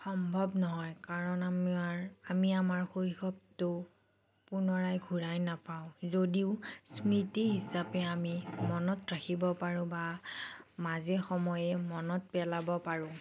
সম্ভৱ নহয় কাৰণ আমাৰ আমি আমাৰ শৈশৱটো পুনৰাই ঘূৰাই নাপাওঁ যদিও স্মৃতি হিচাপে আমি মনত ৰাখিব পাৰো বা মাজে সময়ে মনত পেলাব পাৰোঁ